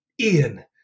Ian